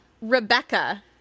Rebecca